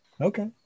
Okay